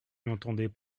n’entendez